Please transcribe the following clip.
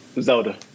Zelda